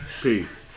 Peace